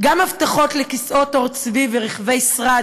גם מפתחות לכיסאות עור צבי ורכבי שרד,